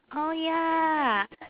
orh ya